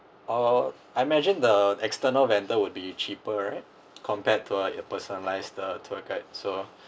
uh I imagine the external vendor would be cheaper right compared to a personalise uh tour guide so